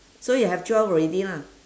so you have twelve already lah